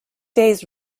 days